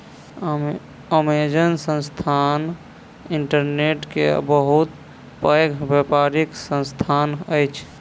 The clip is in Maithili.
अमेज़न संस्थान इंटरनेट के बहुत पैघ व्यापारिक संस्थान अछि